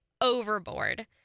overboard